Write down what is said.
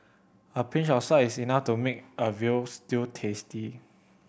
a pinch of salt is enough to make a veal stew tasty